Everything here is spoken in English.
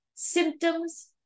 symptoms